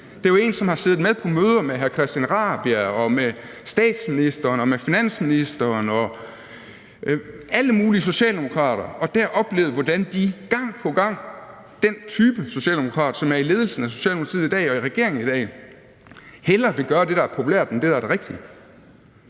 Det er jo en, som har siddet med på møder med hr. Christian Rabjerg Madsen og med statsministeren og med finansministeren og alle mulige socialdemokrater og dér oplevet, hvordan de gang på gang – den type socialdemokrat, som er i ledelsen af Socialdemokratiet i dag, og som er i regeringen i dag – hellere vil gøre det, der er populært, end det, der er det rigtige.